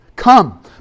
Come